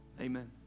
Amen